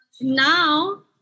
now